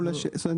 זאת אומרת,